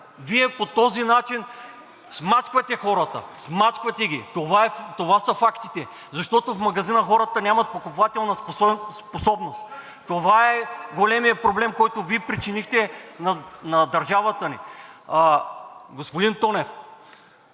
Вие по този начин смачквате хората. Смачквате ги. Това са фактите. В магазина хората нямат покупателна способност. Това е големият проблем, който Вие причинихте на държавата ни. Господин Тонев,